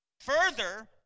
Further